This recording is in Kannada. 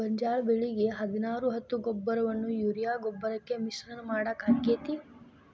ಗೋಂಜಾಳ ಬೆಳಿಗೆ ಹದಿನಾರು ಹತ್ತು ಗೊಬ್ಬರವನ್ನು ಯೂರಿಯಾ ಗೊಬ್ಬರಕ್ಕೆ ಮಿಶ್ರಣ ಮಾಡಾಕ ಆಕ್ಕೆತಿ?